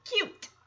cute